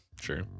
Sure